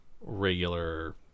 regular